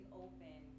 open